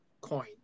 coin